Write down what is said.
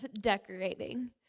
decorating